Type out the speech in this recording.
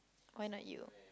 why not you